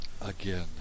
Again